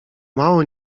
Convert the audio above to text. mało